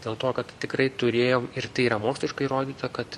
dėl to kad tikrai turėjom ir tai yra moksliškai įrodyta kad